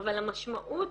אבל המשמעות